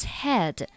head